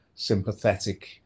sympathetic